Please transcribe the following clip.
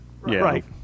Right